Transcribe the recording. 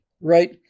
right